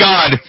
God